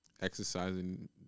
exercising